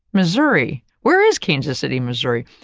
missouri, whereas kansas city, missouri,